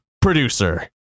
producer